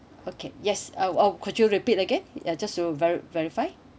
okay yes our uh could you repeat again ya just to veri~ verify